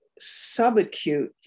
subacute